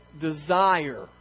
desire